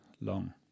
long